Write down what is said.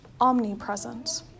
omnipresent